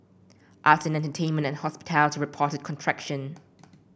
arts and entertainment and hospitality reported contraction